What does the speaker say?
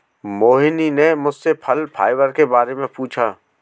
मोहिनी ने मुझसे फल फाइबर के बारे में पूछा